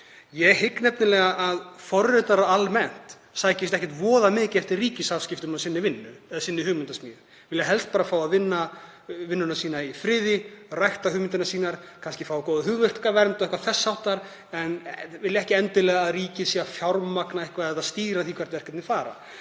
Ég hygg nefnilega að forritarar almennt sækist ekkert voðalega mikið eftir ríkisafskiptum af sinni vinnu eða hugmyndasmíði, þeir vilja helst fá að vinna vinnuna sína í friði, rækta hugmyndir sínar, kannski fá góða hugverkavernd og eitthvað þess háttar en vilja ekki endilega að ríkið sé að fjármagna eitthvað eða stýra því hvert verkefnin fara.